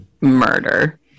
murder